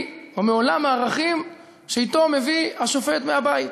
או מעולם הערכים שאותו מביא השופט מהבית,